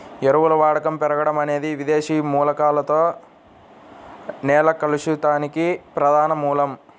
ఎరువుల వాడకం పెరగడం అనేది విదేశీ మూలకాలతో నేల కలుషితానికి ప్రధాన మూలం